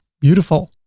beautiful!